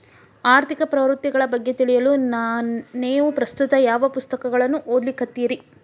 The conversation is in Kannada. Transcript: ಆರ್ಥಿಕ ಪ್ರವೃತ್ತಿಗಳ ಬಗ್ಗೆ ತಿಳಿಯಲು ನೇವು ಪ್ರಸ್ತುತ ಯಾವ ಪುಸ್ತಕಗಳನ್ನ ಓದ್ಲಿಕತ್ತಿರಿ?